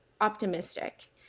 optimistic